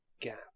gap